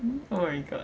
oh my god